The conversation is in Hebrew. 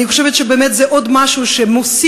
אני חושבת שבאמת זה עוד משהו שמוסיף,